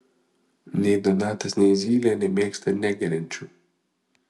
nei donatas nei zylė nemėgsta negeriančių